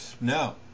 No